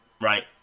right